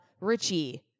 Richie